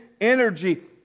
energy